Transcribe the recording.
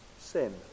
sin